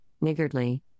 niggardly